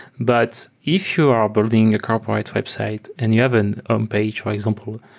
but if you're a building a corporate website and you have and a homepage, for example,